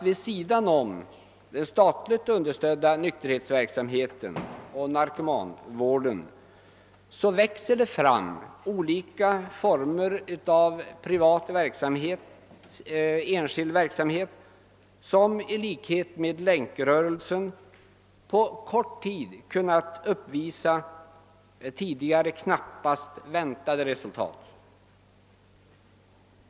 Vid sidan av den statligt understödda nykterhetsverksamheten och narkomanvården växer det fram olika former av enskild verksamhet, som i likhet med Länkrörelsen på kort tid har kunnat uppvisa tidigare knappast väntade resultat.